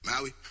Maui